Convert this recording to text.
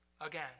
again